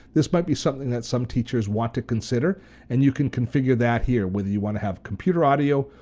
this might be something that some teachers want to consider and you can configure that here, whether you want to have computer audio,